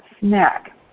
snack